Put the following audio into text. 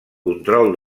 control